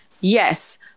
Yes